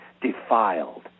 defiled